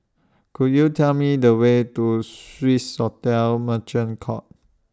Could YOU Tell Me The Way to Swissotel Merchant Court